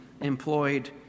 employed